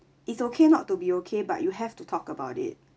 it's okay not to be okay but you have to talk about it